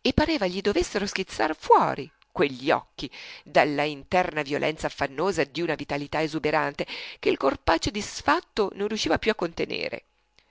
e pareva gli dovessero schizzar fuori quegli occhi dalla interna violenza affannosa d'una vitalità esuberante che il corpaccio disfatto non riusciva più a contenere